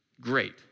Great